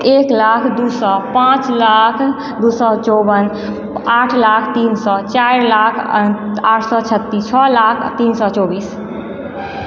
एक लाख दू सए पाँच लाख दू सए चौबन आठ लाख तीन सए चारि लाख आठ सए छत्तीस छओ लाख तीन सए चौबीस